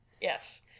Yes